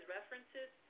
References